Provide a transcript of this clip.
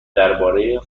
درباره